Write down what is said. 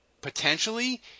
potentially